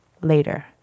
later